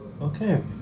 okay